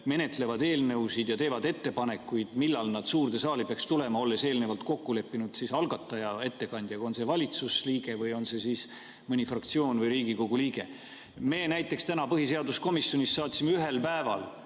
menetlevad eelnõusid ja teevad ettepanekuid, millal nad suurde saali peaksid tulema, olles eelnevalt kokku leppinud siis algatajaga, ettekandjaga, on see valitsusliige või on see siis mõni fraktsioon või Riigikogu liige. Me näiteks täna põhiseaduskomisjonis saatsime ühel päeval